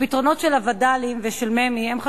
הפתרונות של הווד"לים ושל ממ"י הם,